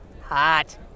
Hot